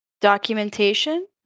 documentation